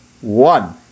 one